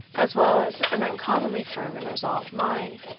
as well as an uncommonly firm and resolved mind,